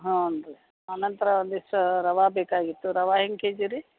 ಹ್ಞೂ ರೀ ಆನಂತರ ಒಂದಿಷ್ಟು ರವೆ ಬೇಕಾಗಿತ್ತು ರವೆ ಹೆಂಗೆ ಕೆಜಿ ರೀ